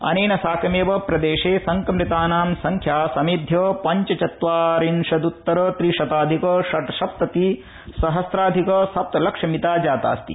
अनेन साकमेव प्रदेशे संक्रमितानाम् संख्या समेध्य पञ्च चत्वारिंशदुतर त्रि शताधिक षट्सप्तति सहस्राधिक सप्तलक्षमिता जातास्ति